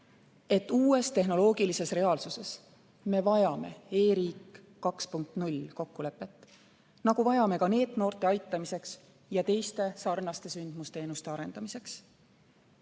et uues tehnoloogilises reaalsuses me vajame e-riik 2.0 kokkulepet, nagu vajame ka NEET-noorte aitamiseks ja teiste sarnaste sündmusteenuste arendamiseks.